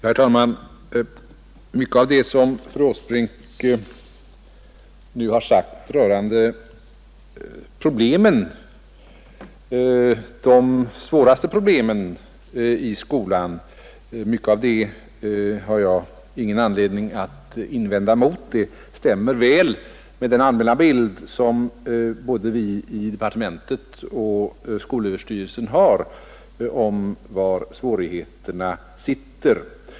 Herr talman! Mycket av det som fru Åsbrink nu har sagt rörande de svåraste problemen i skolan har jag ingen anledning att invända mot. Det stämmer väl med den allmänna bild som vi både inom departementet och inom skolöverstyrelsen har av var svårigheterna sitter.